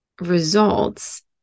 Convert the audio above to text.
results